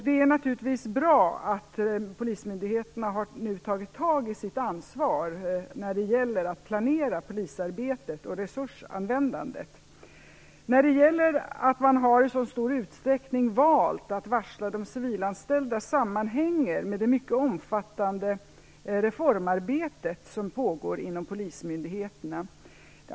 Det är naturligtvis bra att polismyndigheterna har tagit sitt ansvar när det gäller att planera polisarbetet och resursanvändandet. Att man i så stor utsträckning har valt att varsla de civilanställda sammanhänger med det mycket omfattande reformarbete som pågår inom polismyndigheterna.